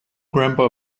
grandpa